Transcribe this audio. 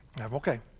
Okay